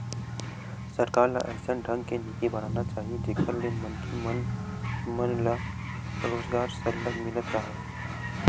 सरकार ल अइसन ढंग के नीति बनाना चाही जेखर ले मनखे मन मन ल रोजगार सरलग मिलत राहय